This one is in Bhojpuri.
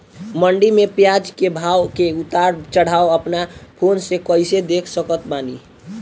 मंडी मे प्याज के भाव के उतार चढ़ाव अपना फोन से कइसे देख सकत बानी?